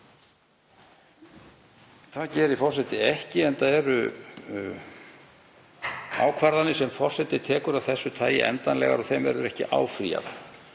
Það gerir forseti ekki enda eru ákvarðanir sem forseti tekur af þessu tagi endanlegar og þeim verður ekki áfrýjað.